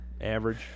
average